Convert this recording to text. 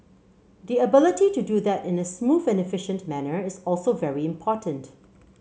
the ability to do that in a smooth and efficient manner is also very important